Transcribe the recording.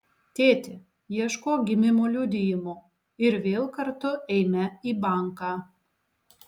tėti ieškok gimimo liudijimo ir vėl kartu eime į banką